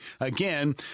again